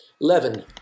Eleven